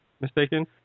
mistaken